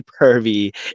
pervy